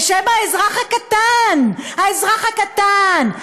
בשם האזרח הקטן, האזרח הקטן.